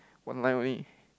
one line only